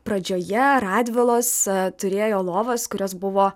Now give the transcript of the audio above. pradžioje radvilos turėjo lovas kurios buvo